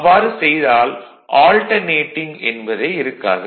அவ்வாறு செய்தால் ஆல்டர்னேடிங் என்பதே இருக்காது